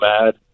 mad